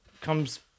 comes